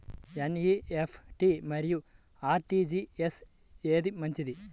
NEFT మరియు RTGS ఏది మంచిది?